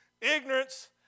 ignorance